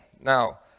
now